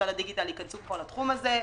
משרד הדיגיטל ייכנסו פה לתחום הזה.